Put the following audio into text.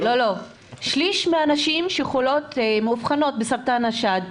שליש מהנשים שחולות מאובחנות בסרטן השד,